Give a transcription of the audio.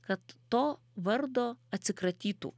kad to vardo atsikratytų